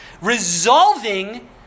resolving